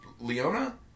Leona